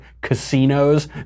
casinos